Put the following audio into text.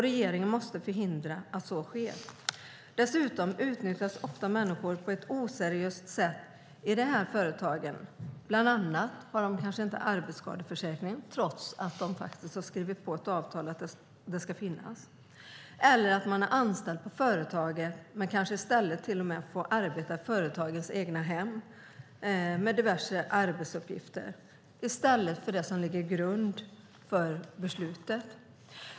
Regeringen måste förhindra att så sker. Dessutom utnyttjas ofta människor på ett oseriöst sätt i dessa företag, bland annat har de kanske inte en arbetsskadeförsäkring trots att företagen har skrivit på avtal att den ska finnas. Eller så är personalen anställd i företaget men får arbeta i företagarens hem med diverse arbetsuppgifter i stället för med sådant som ligger till grund för beslutet.